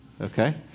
Okay